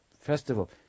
festival